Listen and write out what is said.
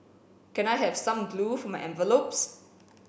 can I have some glue for my envelopes